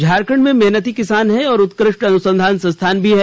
झारखण्ड में मेहनती किसान हैं और उत्कृष्ट अनुसंधान संस्थान भी हैं